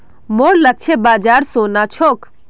मोर लक्ष्य बाजार सोना छोक